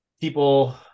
people